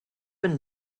and